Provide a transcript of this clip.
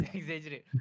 exaggerate